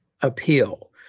appeal